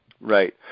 Right